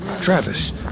Travis